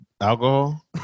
alcohol